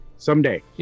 Someday